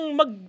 mag